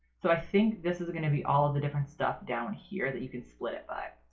so i think this is going to be all of the different stuff down here that you can split it by.